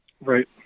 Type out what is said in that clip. Right